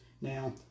Now